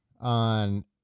on